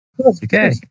Okay